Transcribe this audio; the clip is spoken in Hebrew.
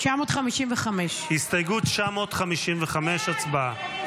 955. הסתייגות 955, הצבעה.